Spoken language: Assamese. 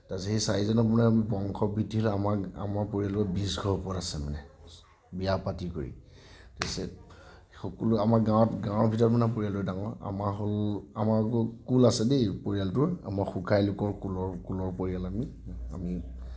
তাৰপিছত সেই চাৰিজনৰ মানে বংশবৃদ্ধি আমাৰ আমাৰ পৰিয়ালৰ বিশ ঘৰৰ ওপৰত আছে মানে বিয়া পাতি কৰি সকলো আমাৰ গাঁৱত গাঁৱৰ ভিতৰত মানে পৰিয়ালটো ডাঙৰ আমাৰ হ'ল আমাৰ আকৌ কুল আছে দেই পৰিয়ালটোৰ আমি শুকাইলোকৰ কুলৰ কুলৰ পৰিয়াল আমি আমি